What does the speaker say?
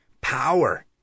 power